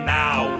now